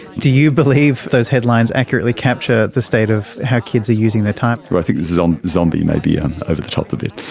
do you believe those headlines accurately capture the state of how kids are using their time? well, i think zombie zombie may be and over the top a bit.